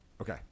Okay